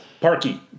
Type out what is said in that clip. Parky